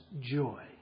joy